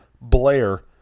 Blair